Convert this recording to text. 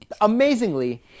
amazingly